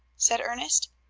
said ernest.